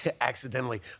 accidentally